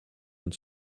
your